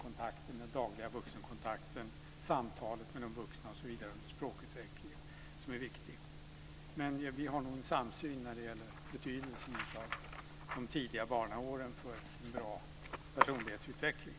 Det är mera den dagliga vuxenkontakten och samtalet med vuxna under språkutvecklingen som är viktigt. Men vi har nog en samsyn när det gäller de tidiga barnaårens betydelse för en bra personlighetsutveckling.